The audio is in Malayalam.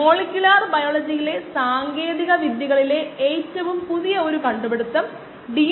നമ്മൾ എങ്ങനെ ബന്ധിപ്പിക്കും എന്താണ് നൽകിയിരിക്കുന്നതെന്ന് അറിയാം